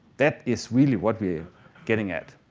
that is really what we're getting at.